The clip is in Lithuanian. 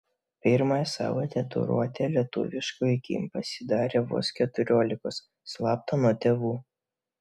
pirmąją savo tatuiruotę lietuviškoji kim pasidarė vos keturiolikos slapta nuo tėvų